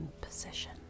position